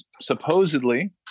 supposedly